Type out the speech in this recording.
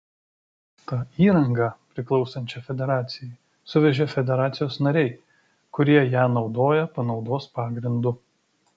tą įrangą priklausančią federacijai suvežė federacijos nariai kurie ją naudoja panaudos pagrindu